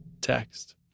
text